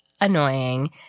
annoying